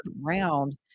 round